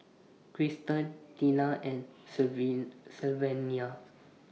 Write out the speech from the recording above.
Cristen Teena and Sylvania